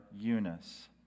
Eunice